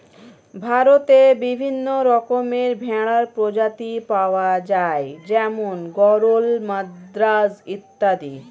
ভারতে বিভিন্ন রকমের ভেড়ার প্রজাতি পাওয়া যায় যেমন গরল, মাদ্রাজ অত্যাদি